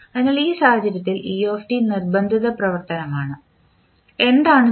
അതിനാൽ ഈ സാഹചര്യത്തിൽ നിർബന്ധിത പ്രവർത്തനമാണ് എന്താണ് t